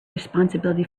responsibility